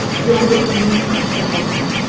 you'll wake me up to help them.